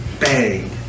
bang